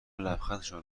لبخندشان